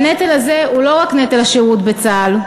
והנטל הזה הוא לא רק נטל השירות בצה"ל,